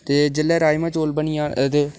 ते जेल्लै राजमां चौल बनी बनी जा दे